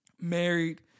married